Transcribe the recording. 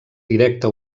directe